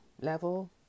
level